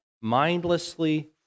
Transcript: mindlessly